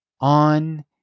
on